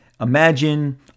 Imagine